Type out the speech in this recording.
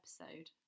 episode